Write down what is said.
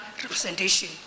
representation